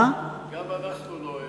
גם אנחנו לא,